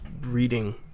reading